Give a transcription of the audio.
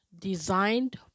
designed